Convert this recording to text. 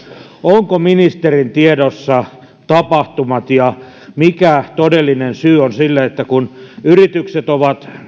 onko ministerin tiedossa ne tapahtumat ja se mikä on todellinen syy niille että kun yritykset ovat